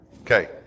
Okay